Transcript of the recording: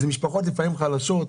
זה משפחות לפעמים חלשות.